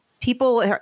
people